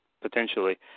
potentially